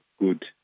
good